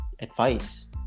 advice